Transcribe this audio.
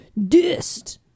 dissed